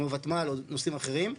כמו ותמ"ל או נושאים אחרים.